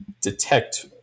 detect